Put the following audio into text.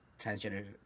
transgender